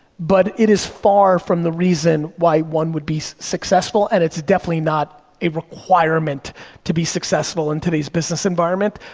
but it is far from the reason why one would be successful and it's definitely not a requirement to be successful in today's business environment.